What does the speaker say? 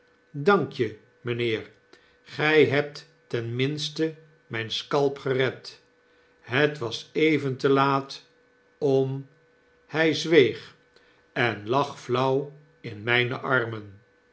zeide dankje mynheer gy hebt ten minste myn scalp gered het was even te laat om hy zweeg en lag flauw in myne armen